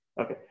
okay